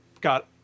got